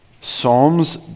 psalms